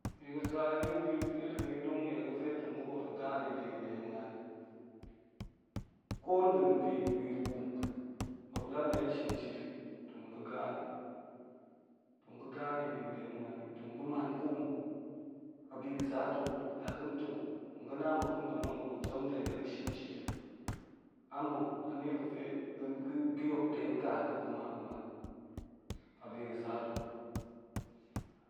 Bi ga̱ sa ilimi dong nie ga̱ fe tong ga̱ boot de ga̱n gane bi ga̱ den ma̱a̱n i, ko nda̱en bi wun ma̱ap la̱an nda̱n shin shit i tong ga̱ gane, tong ga̱ ga̱ ne bi ga̱ de'en ma̱ani tong ga̱ gane ko-mma̱, abi ga̱ sa ta̱ la ga̱n ntong ga̱ na muop tong da̱ mang muop zem de ga̱n de ga̱ shin shiti amma? Annie pe bi hok den ka ga̱ kuma ga̱ man, abi ga̱ sa ta̱